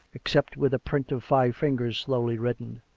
except where the print of five fingers slowly reddened.